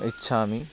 इच्छामि